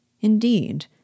indeed